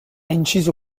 inciso